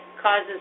Causes